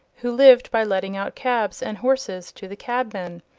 who lived by letting out cabs and horses to the cabmen.